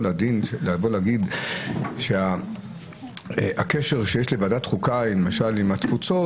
לבוא ולהגיד שהקשר שיש לוועדת החוקה עם התפוצות למשל,